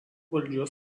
valdžios